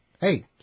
hey